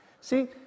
see